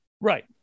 Right